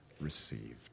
received